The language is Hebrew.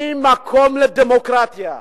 היא מקום לדמוקרטיה.